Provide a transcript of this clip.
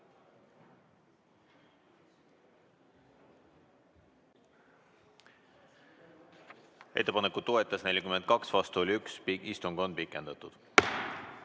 Ettepanekut toetas 42, vastu oli 1. Istung on pikendatud.